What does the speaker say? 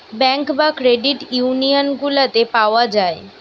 bank বা credit union গুলাতে পাওয়া যায়